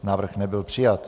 Návrh nebyl přijat.